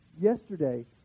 yesterday